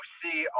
see